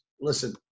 listen